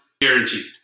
Guaranteed